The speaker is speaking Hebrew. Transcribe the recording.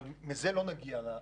אבל מזה לא נגיע ל-30%.